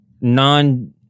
non-